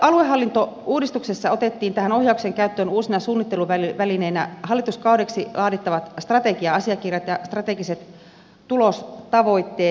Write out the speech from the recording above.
aluehallintouudistuksessa otettiin tähän ohjaukseen käyttöön uusina suunnitteluvälineinä hallituskaudeksi laadittavat strategia asiakirjat ja strategiset tulostavoitteet